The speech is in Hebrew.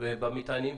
ובמטענים?